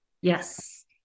Yes